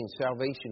salvation